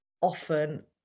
often